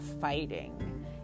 fighting